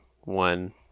one